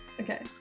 Okay